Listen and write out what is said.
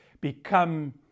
become